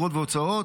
אגרות והוצאות,